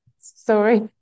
sorry